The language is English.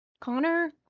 Connor